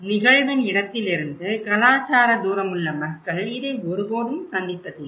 நிகழ்வின் இடத்திலிருந்து கலாச்சார தூரமுள்ள மக்கள் இதை ஒருபோதும் சந்திப்பதில்லை